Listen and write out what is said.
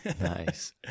Nice